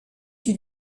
qui